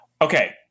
Okay